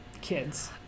kids